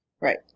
Right